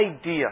idea